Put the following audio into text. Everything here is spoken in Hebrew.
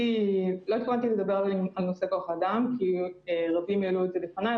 לא התכוונתי לדבר על נושא האדם כי רבים העלו את זה לפניי,